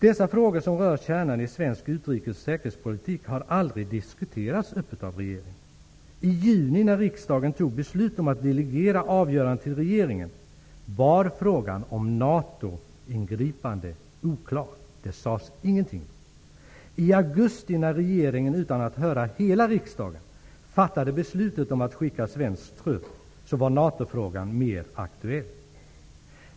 Dessa frågor, som rör kärnan i svensk utrikes och säkerhetspolitik, har aldrig diskuterats öppet av regeringen. I juni, när riksdagen fattade beslut om att delegera avgörandet till regeringen, var frågan om NATO-ingripande oklar. Det sades ingenting. I augusti, när regeringen -- utan att höra hela riksdagen -- fattade beslutet om att skicka svensk trupp, var NATO-frågan mer aktuell.